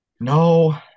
No